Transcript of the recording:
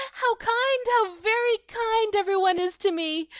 how kind, how very kind, every one is to me!